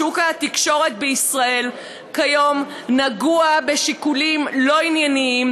שוק התקשורת בישראל כיום נגוע בשיקולים לא-ענייניים.